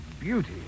beauty